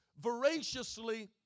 voraciously